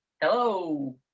Hello